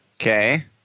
okay